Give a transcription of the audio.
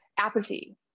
Apathy